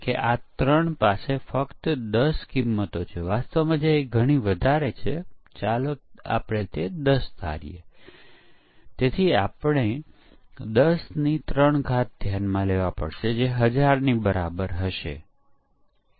સકારાત્મક પરીક્ષણના કેસો તેઓ ચકાસે છે કે જ્યારે માન્ય ઇનપુટ આપવામાં આવ્યું છે ત્યારે પ્રોગ્રામ સંતોષકારક રૂપે કાર્ય કરી રહ્યો છે કે કેમ